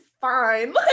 Fine